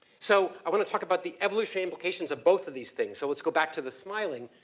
so i wanna talk about the evolutionary implications of both of these things. so let's go back to the smiling.